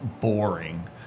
boring